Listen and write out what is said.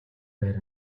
байр